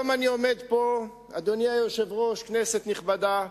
אדוני היושב-ראש, כנסת נכבדה,